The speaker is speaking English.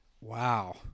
Wow